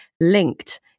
linked